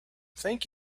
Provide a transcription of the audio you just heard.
thank